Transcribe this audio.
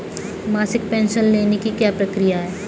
मासिक पेंशन लेने की क्या प्रक्रिया है?